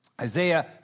Isaiah